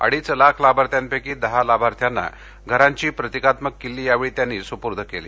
अडीच लाख लाभाथ्यपैकी दहा लाभार्थ्यांना घरांची प्रतिकात्मक किल्ली त्यांनी यावेळी सुपूर्द केली